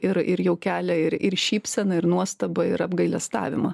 ir ir jau kelia ir ir šypseną ir nuostabą ir apgailestavimą